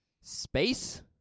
Space